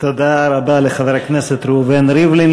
תודה רבה לחבר הכנסת ראובן ריבלין.